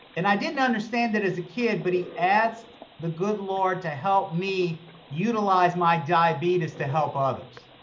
and i didn't understand that as a kid, but he asked the good lord to help me utilize my diabetes to help others.